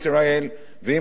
אם חברת כנסת